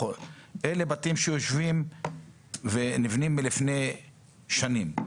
אלה בתים שעומדים שם ונבנו לפני שנים.